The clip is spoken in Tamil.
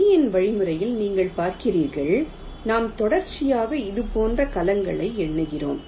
லீயின் வழிமுறையில் நீங்கள் பார்க்கிறீர்கள் நாம் தொடர்ச்சியாக இதுபோன்று கலங்களை எண்ணுகிறோம்